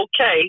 okay